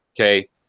Okay